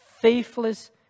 faithless